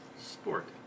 Sport